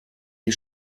die